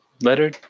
letter